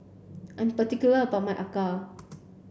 I'm particular about my Acar